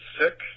sick